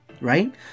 right